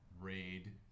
raid